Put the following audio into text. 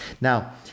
Now